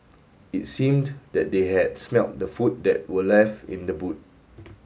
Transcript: it seemed that they had smelt the food that were left in the boot